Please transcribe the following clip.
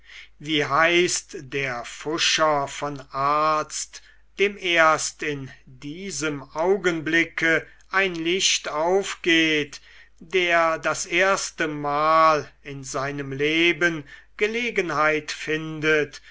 wie heißt der pfuscher von arzt dem erst in diesem augenblicke ein licht aufgeht der das erste mal in seinem leben gelegenheit findet